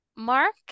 Mark